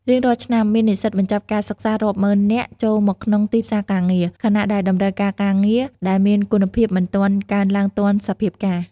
រៀងរាល់ឆ្នាំ មាននិស្សិតបញ្ចប់ការសិក្សារាប់ម៉ឺននាក់ចូលមកក្នុងទីផ្សារការងារ ខណៈដែលតម្រូវការការងារដែលមានគុណភាពមិនទាន់កើនឡើងទាន់សភាពការណ៍។